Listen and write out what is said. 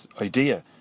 idea